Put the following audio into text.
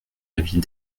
avis